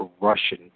Russian